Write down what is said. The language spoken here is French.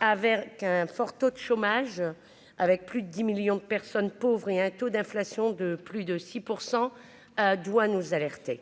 avec un fort taux de chômage avec plus de 10 millions de personnes pauvres et un taux d'inflation de plus de 6 % doit nous alerter